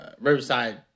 Riverside